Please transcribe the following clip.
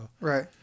Right